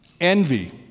envy